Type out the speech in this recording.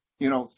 you know,